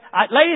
Ladies